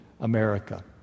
America